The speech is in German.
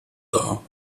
dar